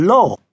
Law